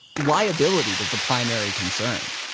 liability was the primary concern,